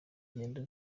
ingendo